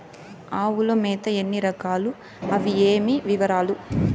ఆవుల మేత ఎన్ని రకాలు? అవి ఏవి? వివరాలు?